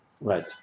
Right